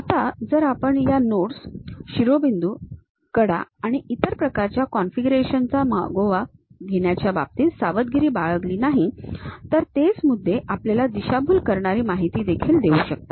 आता जर आपण या नोड्स शिरोबिंदू कडा आणि इतर प्रकारच्या कॉन्फिगरेशन चा मागोवा घेण्याच्या बाबतीत सावधगिरी बाळगली नाही तर तेच मुद्दे आपल्याला दिशाभूल करणारी माहिती देखील देऊ शकतात